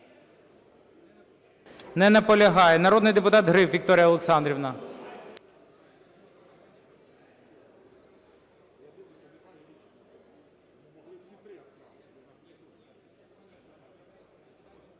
Не наполягає. Народний депутат Гриб Вікторія Олександрівна.